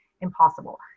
impossible